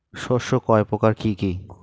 শস্য কয় প্রকার কি কি?